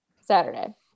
Saturday